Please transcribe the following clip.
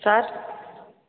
sir